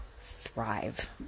thrive